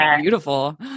beautiful